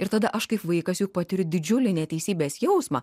ir tada aš kaip vaikas jau patiriu didžiulį neteisybės jausmą